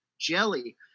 jelly